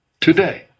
today